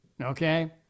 okay